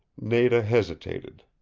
nada hesitated.